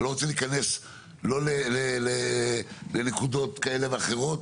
אני לא רוצה להיכנס לנקודות כאלה ואחרות